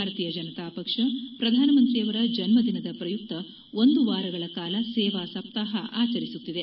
ಭಾರತೀಯ ಜನತಾಪಕ್ಷ ಪ್ರಧಾನಮಂತ್ರಿಯವರ ಜನ್ಮದಿನದ ಪ್ರಯುಕ್ತ ಒಂದು ವಾರಗಳ ಕಾಲ ಸೇವಾ ಸಪ್ತಾಪ ಆಚರಿಸುತ್ತಿದೆ